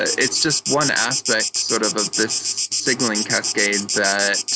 it's just one aspect sort of of this signaling cascade that,